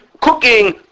Cooking